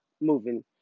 moving